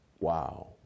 Wow